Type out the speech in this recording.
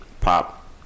Pop